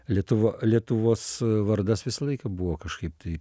lietuva lietuvos vardas visą laiką buvo kažkaip tai